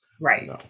right